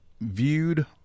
viewed